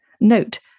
Note